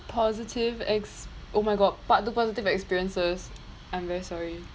positive ex~ oh my god part two positive experiences I'm very sorry